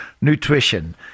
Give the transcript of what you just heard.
Nutrition